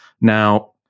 Now